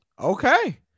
Okay